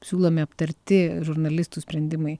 siūlomi aptarti žurnalistų sprendimai